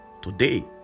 Today